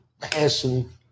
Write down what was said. passion